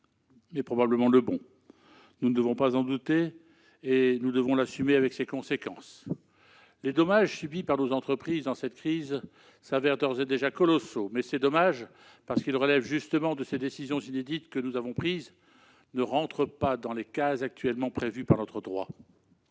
est probablement le bon. Nous ne devons pas en douter, mais nous devons l'assumer, avec ses conséquences. Les dommages subis par nos entreprises dans cette crise s'avèrent d'ores et déjà colossaux. Mais ces dommages, parce qu'ils relèvent justement de ces décisions inédites que nous avons prises, n'entrent pas dans les cases actuellement prévues par notre droit.